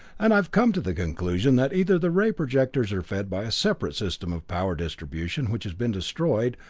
and i've come to the conclusion that either the ray projectors are fed by a separate system of power distribution, which has been destroyed,